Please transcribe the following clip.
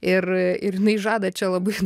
ir ir jinai žada čia labai